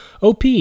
OP